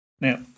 Now